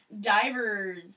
Divers